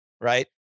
right